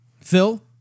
Phil